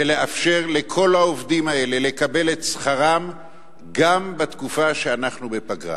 ולאפשר לכל העובדים האלה לקבל את שכרם גם בתקופה שאנחנו בפגרה.